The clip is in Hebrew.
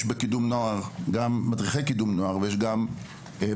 יש בקידום נוער מדריכי נוער ומורים,